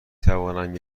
توانم